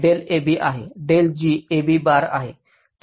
del g del a b bar आहे